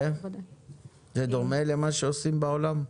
זה דומה למה שעושים בעולם?